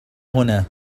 هنا